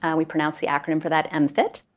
and we pronounce the acronym for that m fit.